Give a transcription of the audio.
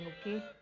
okay